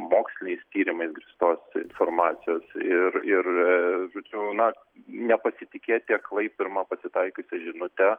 moksliniais tyrimais grįstos informacijos ir ir aa žodžiu na nepasitikėti aklai pirma pasitaikiusia žinute